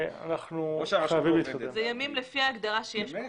זה ימים לפי ההגדרה שיש בחוק.